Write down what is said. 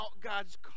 God's